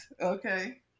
Okay